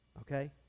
Okay